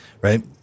right